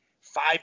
five